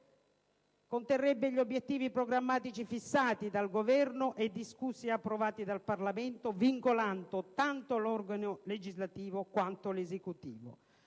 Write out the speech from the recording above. conterrebbe gli obiettivi programmatici fissati dal Governo e discussi e approvati dal Parlamento, vincolando tanto l'organo legislativo quanto l'Esecutivo.